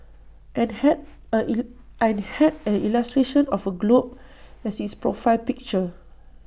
and had A and had A illustration of A globe as its profile picture